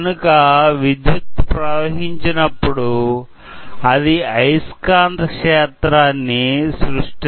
కనుక విద్యుత్ ప్రవహించినప్పుడు అది అయస్కాంత క్షేత్రాన్ని సృష్టిస్తుంది